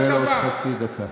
תקבל עוד חצי דקה.